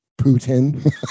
Putin